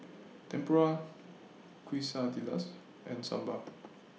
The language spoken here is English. Tempura Quesadillas and Sambar